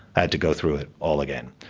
had to go through it all again.